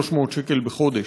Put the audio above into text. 2,300 שקל בחודש.